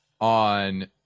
on